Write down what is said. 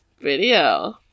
video